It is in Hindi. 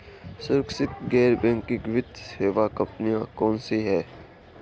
सुरक्षित गैर बैंकिंग वित्त सेवा कंपनियां कौनसी हैं?